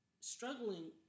struggling